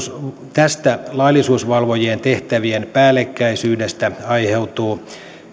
tästä laillisuusvalvojien tehtävien päällekkäisyydestä aiheutuu